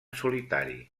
solitari